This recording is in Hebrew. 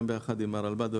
ביחד עם הרלב"ד,